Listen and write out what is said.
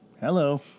Hello